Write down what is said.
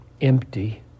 empty